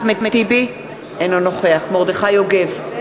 אינו נוכח מרדכי יוגב,